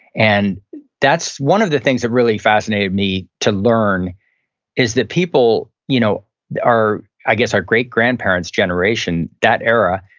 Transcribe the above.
and that's one of the things that really fascinated me to learn is that people you know are, i guess, our great grandparents' generation, that era,